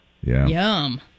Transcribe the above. Yum